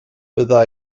bydda